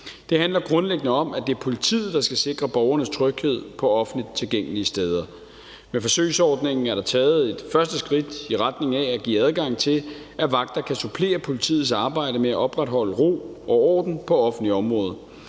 Det handler grundlæggende om, at det er politiet, der skal sikre borgernes tryghed på offentligt tilgængelige steder. Med forsøgsordningen er der taget et første skridt i retning af at give adgang til, at vagter kan supplere politiets arbejde med at opretholde ro og orden på offentlige områder.